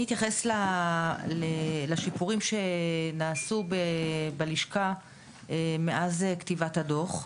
אני אתייחס לשיפורים שנעשו בלשכה מאז כתיבת הדו"ח.